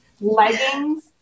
leggings